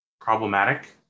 problematic